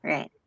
Right